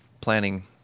planning